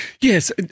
Yes